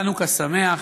חנוכה שמח.